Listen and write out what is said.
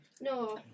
No